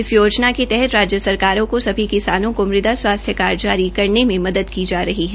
इस योजना के हत राज्य सरकारों को सभी किसानों को मृदा स्वास्थ्य कार्ड जारी करने में मदद की जा रही है